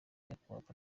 nyakubahwa